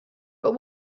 but